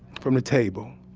from the table.